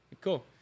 Cool